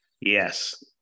Yes